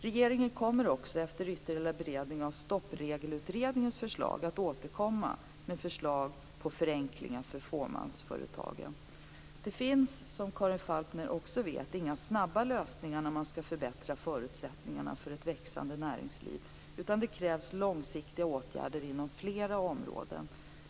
Regeringen kommer också, efter ytterligare beredning av Stoppregelutredningens förslag, att återkomma med förslag på förenklingar för fåmansföretagen. Det finns, som Karin Falkmer också vet, inga snabba lösningar när man skall förbättra förutsättningarna för ett växande näringsliv, utan det krävs långsiktiga åtgärder inom flera områden.